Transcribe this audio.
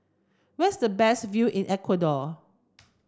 where is the best view in Ecuador